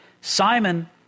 Simon